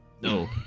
No